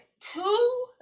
two